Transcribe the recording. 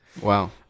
Wow